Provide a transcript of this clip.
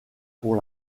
pour